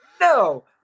No